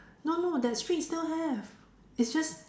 no no that street still have it's just